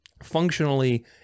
functionally